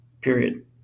period